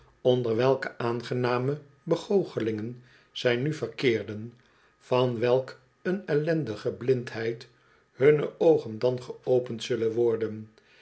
onder welke aangename begoochelingen zij nu verkeerden van welk een ellendige blindheid hunne oogen dan geopend zullen worden